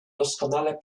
doskonale